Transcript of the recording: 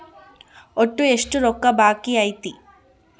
ಒಟ್ಟು ಎಷ್ಟು ರೊಕ್ಕ ಬಾಕಿ ಐತಿ?